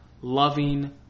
loving